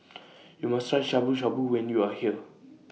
YOU must Try Shabu Shabu when YOU Are here